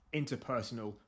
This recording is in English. interpersonal